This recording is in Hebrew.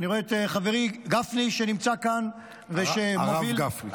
אני רואה את חברי גפני שנמצא כאן --- הרב גפני.